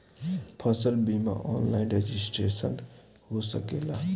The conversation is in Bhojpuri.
फसल बिमा ऑनलाइन रजिस्ट्रेशन हो सकेला?